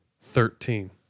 Thirteen